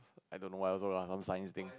I don't know why also lah some science thing